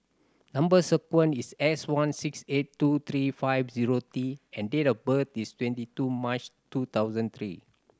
number sequence is S one six eight two three five zero T and date of birth is twenty two March two thousand eight